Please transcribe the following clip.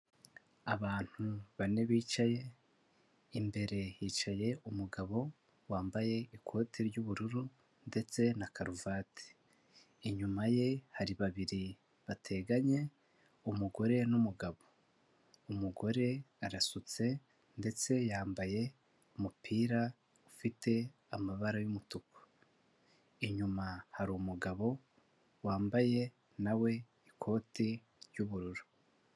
Abantu bane bicaye, imbere hicaye umugabo wambaye ikote ry'ubururu, ndetse na karuvati, inyuma ye hari babiri bateganye umugore n'umugabo, umugore arasutse ndetse yambaye umupira ufite amabara y'umutuku, inyuma hari umugabo wambaye nawe ikoti ry'ubururu.